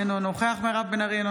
אינו נוכח מירב בן ארי,